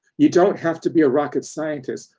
you don't have to be a rocket scientist.